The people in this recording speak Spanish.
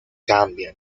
cambio